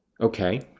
okay